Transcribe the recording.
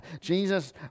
Jesus